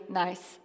nice